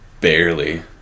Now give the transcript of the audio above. Barely